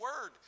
word